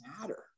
matter